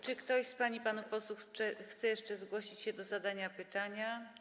Czy ktoś z pań i panów posłów chce jeszcze zgłosić się do zadania pytania?